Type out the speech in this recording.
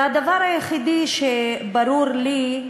והדבר היחיד שברור לי,